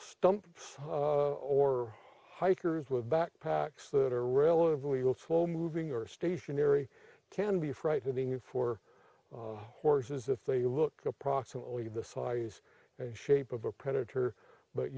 stumps or hikers with backpacks that are relatively low slow moving or stationary can be frightening for horses if they look approximately the size and shape of a predator but